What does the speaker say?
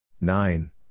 Nine